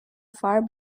far